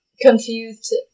Confused